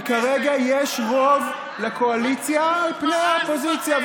וכרגע יש רוב לקואליציה על פני האופוזיציה.